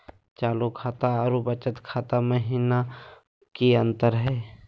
चालू खाता अरू बचत खाता महिना की अंतर हई?